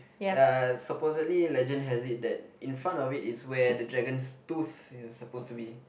ya supposedly legend has it that in front of it is where the dragon's tooth was supposed to be